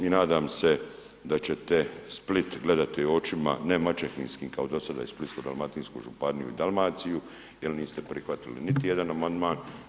I nadam se da ćete Split gledati očima ne maćehinskim kao do sada i Splitsko-dalmatinsku županiju i Dalmaciju jer niste prihvatili niti jedan amandman.